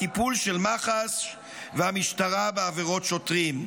"הטיפול של מח"ש והמשטרה בעבירות שוטרים",